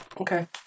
Okay